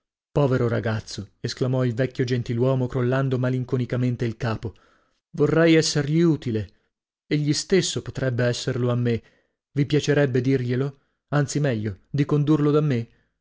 povero ragazzo esclamò il vecchio gentiluomo crollando malinconicamente il capo vorrei essergli utile egli stesso potrebbe esserlo a me vi piacerebbe dirglielo anzi meglio di condurlo da me